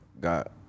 got